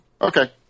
Okay